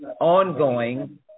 ongoing